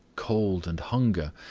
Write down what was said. cold and hunger,